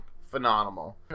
phenomenal